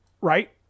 Right